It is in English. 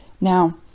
Now